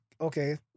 okay